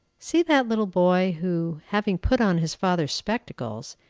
see that little boy, who, having put on his father's spectacles,